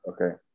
Okay